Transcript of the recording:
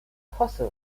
fossil